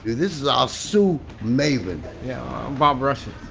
this is our sue maven i'm bob russett.